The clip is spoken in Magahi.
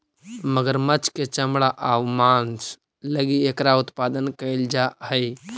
मगरमच्छ के चमड़ा आउ मांस लगी एकरा उत्पादन कैल जा हइ